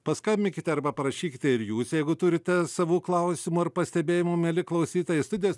paskambinkite arba parašykite ir jūs jeigu turite savų klausimų ar pastebėjimų mieli klausytojai studijos